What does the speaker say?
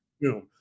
boom